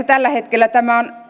tällä hetkellä tämä on